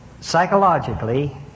psychologically